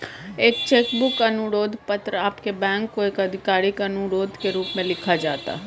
एक cheque book अनुरोध पत्र आपके बैंक को एक आधिकारिक अनुरोध के रूप में लिखा जाता है